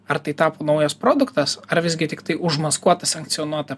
ar tai tapo naujas produktas ar visgi tiktai užmaskuota sankcionuota